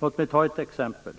Låt mig ta ett exempel: